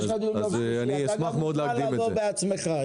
אתה מוזמן לבוא בעצמך.